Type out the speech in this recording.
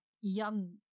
young